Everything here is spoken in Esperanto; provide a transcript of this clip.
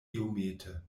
iomete